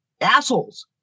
Assholes